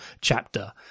chapter